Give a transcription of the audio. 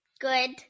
Good